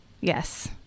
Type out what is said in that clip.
Yes